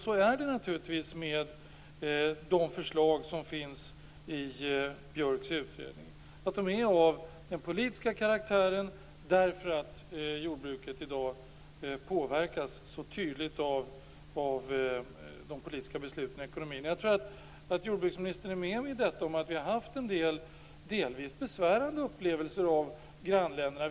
Så är det naturligtvis med de förslag som finns i Björks utredning, dvs. att de är av politisk karaktär därför att jordbruket i dag påverkas så tydligt av de politiska besluten och ekonomin. Jag tror att jordbruksministern håller med mig om att vi har haft en del delvis besvärande upplevelser av grannländerna.